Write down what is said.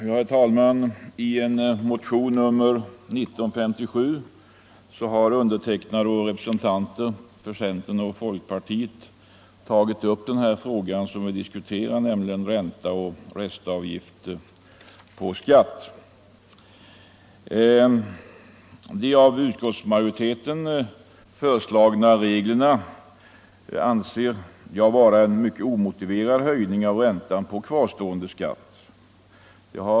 Herr talman! I motionen 1957 har jag och representanter för centern och folkpartiet tagit upp den fråga som nu diskuteras, nämligen ränta och restavgifter på skatt. De av utskottsmajoriteten föreslagna reglerna anser jag innebära en mycket omotiverad höjning av räntan på kvarstående skatt.